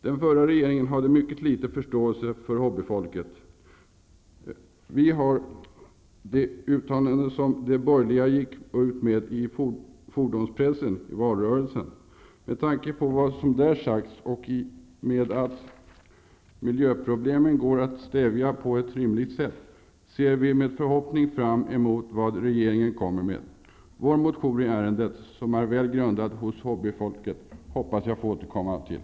Den förra regeringen hade mycket liten förståelse för hobbyfolket. Vi har det uttalande som de borgerliga gick ut med i fordonspressen i valrörelsen. Med tanke på vad som där har sagts och på att miljöproblemen går att stävja på ett rimligt sätt, ser vi med förhoppning fram emot vad regeringen kommer med. Vår motion i ärendet, som är väl grundad hos hobbyfolket, hoppas jag få återkomma till.